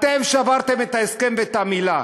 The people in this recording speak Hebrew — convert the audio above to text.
אתם שברתם את ההסכם ואת המילה.